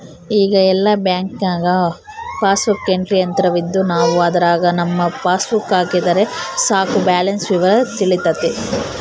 ಈಗ ಎಲ್ಲ ಬ್ಯಾಂಕ್ನಾಗ ಪಾಸ್ಬುಕ್ ಎಂಟ್ರಿ ಯಂತ್ರವಿದ್ದು ನಾವು ಅದರಾಗ ನಮ್ಮ ಪಾಸ್ಬುಕ್ ಹಾಕಿದರೆ ಸಾಕು ಬ್ಯಾಲೆನ್ಸ್ ವಿವರ ತಿಳಿತತೆ